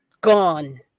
Gone